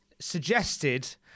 suggested